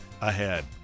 ahead